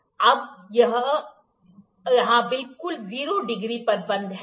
यह अब यहाँ बिल्कुल जीरो डिग्री पर बंद है